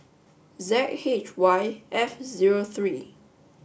Z H Y F zero three